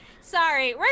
sorry